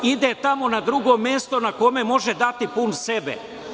Ide tamo na drugo mesto na kome može dati pun sebe.